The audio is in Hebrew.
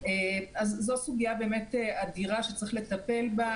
זו סוגיה חשובה שיש לטפל בה.